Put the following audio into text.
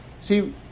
see